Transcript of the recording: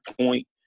point